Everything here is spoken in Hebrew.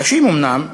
הקשים אומנם,